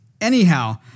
anyhow